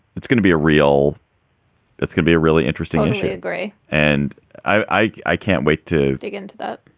it's gonna be a real it's gonna be a really interesting issue i agree and i i can't wait to dig into that,